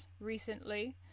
recently